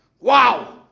Wow